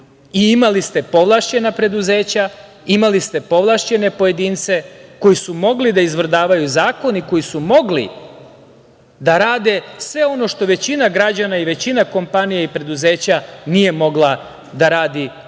Imali ste povlašćena preduzeća, imali ste povlašćene pojedince koji su mogli da izvrdavaju zakon i koji su mogli da rade sve ono što većina građana i većina kompanija i preduzeća nije mogla da radi u